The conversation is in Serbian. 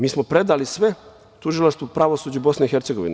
Mi smo predali sve tužilaštvu, pravosuđu BiH.